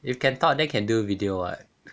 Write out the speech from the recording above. if can talk then can do video [what]